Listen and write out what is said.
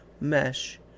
mesh